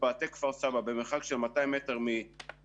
בפאתי כפר סבא במרחק של 200 מטרים מאזור